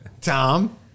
Tom